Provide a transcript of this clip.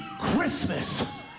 Christmas